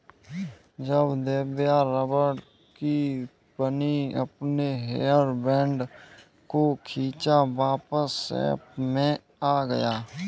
जब दिव्या रबड़ की बनी अपने हेयर बैंड को खींचा वापस शेप में आ गया